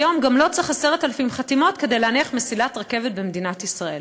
היום גם לא צריך 10,000 חתימות כדי להניח מסילת רכבת במדינת ישראל,